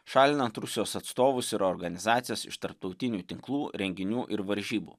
šalinant rusijos atstovus ir organizacijas iš tarptautinių tinklų renginių ir varžybų